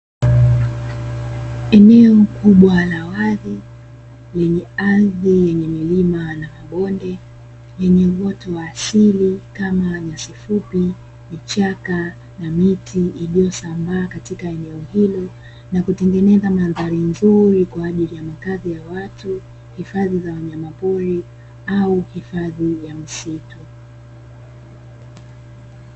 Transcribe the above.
Eneo kubwa la wazi lenye ardhi yenye milima na mabonde yenye uoto wa asali kama nyasi fupi, vichaka na miti iliyosambaa katika eneo hilo na kutengeneza mandhari nzuri kwa ajili ya makazi ya watu, hifadhi za wanyama pori au hifadhi ya msitu.